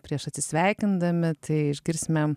prieš atsisveikindami tai išgirsime